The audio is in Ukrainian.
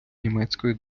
німецької